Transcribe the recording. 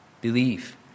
believe